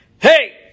Hey